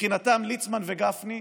מבחינתם ליצמן וגפני,